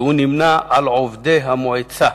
שנמנה עם עובדי המועצה,